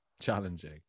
challenging